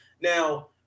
Now